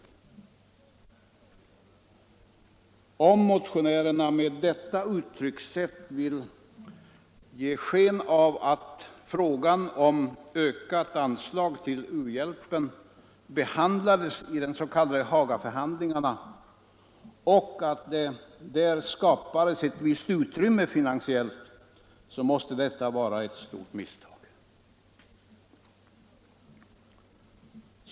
Om reservanterna med detta uttryckssätt vill ge sken av att frågan om ökat anslag till u-hjälpen behandlades i de s.k. Hagaförhandlingarna och att det där skapades ett visst utrymme finansiellt, måste det vara ett stort misstag.